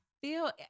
feel